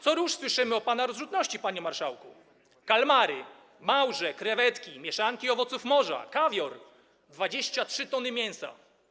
Co rusz słyszymy o pana rozrzutności, panie marszałku: kalmary, małże, krewetki, mieszanki owoców morza, kawior, 23 t mięsa.